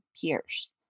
peers